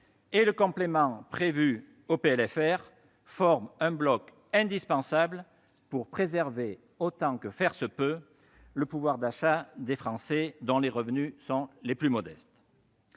et le complément prévu dans le dernier PLFR forment un bloc indispensable pour préserver autant faire se peut le pouvoir d'achat des Français dont les revenus sont les plus modestes.